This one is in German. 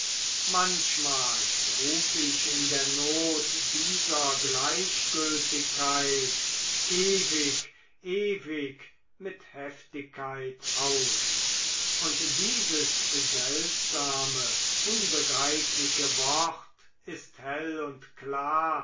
manchmal ruf ich in der not dieser gleichgültigkeit ewig ewig mit heftigkeit aus und dieses seltsame unbegreifliche wort ist hell und klar